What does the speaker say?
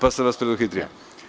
Da, pa sam vas preduhitrio.